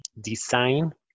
design